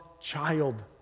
child